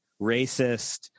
racist